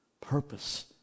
Purpose